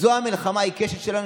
זו המלחמה העיקשת שלנו,